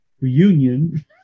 reunion